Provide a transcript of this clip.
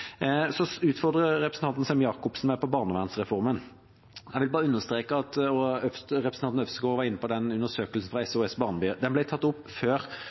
Så utfordret representanten Sem-Jacobsen meg på barnevernsreformen. Representanten Øvstegård var inne på undersøkelsen fra SOS-barnebyer, og jeg vil bare understreke at den ble tatt opp før